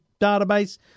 database